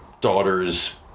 daughter's